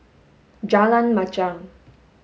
Jalan Machang